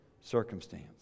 circumstance